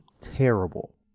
terrible